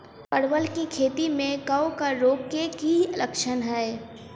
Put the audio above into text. परवल केँ खेती मे कवक रोग केँ की लक्षण हाय?